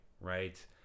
right